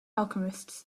alchemists